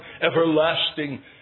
everlasting